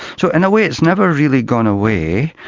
so in a way it has never really gone away.